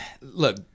look